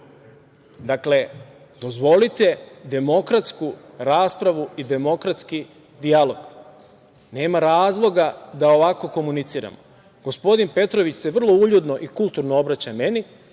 dozvolite demokratsku raspravu i demokratski dijalog. Nema razloga da ovako komuniciramo. Gospodin Petrović se vrlo uljudno i kulturno obraća meni,